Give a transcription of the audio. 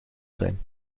zijn